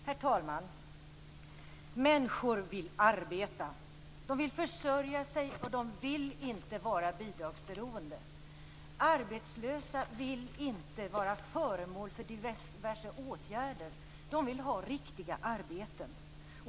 Herr talman! Människor vill arbeta. De vill försörja sig, och de vill inte vara bidragsberoende. Arbetslösa vill inte vara föremål för diverse åtgärder. De vill ha riktiga arbeten.